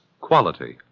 Quality